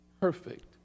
perfect